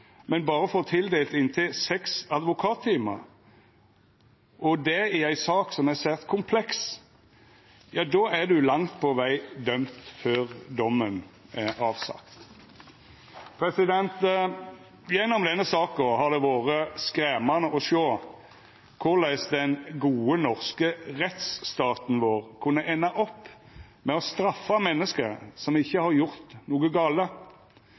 men berre får tildelt inntil seks advokattimar, og det i ei sak som er svært kompleks – ja, då er ein langt på veg dømd før dommen er avsagd. Gjennom denne saka har det vore skremmande å sjå korleis den gode norske rettsstaten vår kunne enda opp med å straffa menneske som ikkje har gjort noko gale.